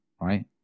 right